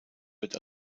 wird